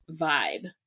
vibe